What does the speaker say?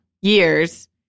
years